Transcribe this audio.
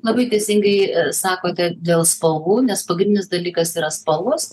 labai teisingai sakote dėl spalvų nes pagrindinis dalykas yra spalvos